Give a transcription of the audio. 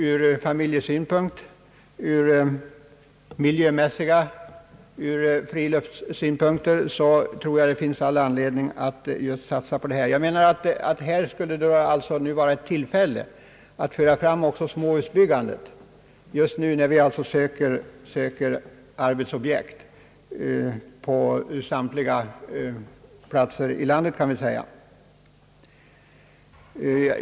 Ur familjesynpunkt, ur miljöoch friluftssynpunkt tror jag att det finns all anledning att satsa på denna husbyggnadsforiu, Här skulle det alltså just nu finnas ett tillfälle att föra fram småhusbyggandet, när man söker arbetsobjekt överallt i landet.